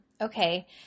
Okay